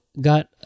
got